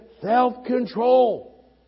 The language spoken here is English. self-control